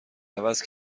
عوض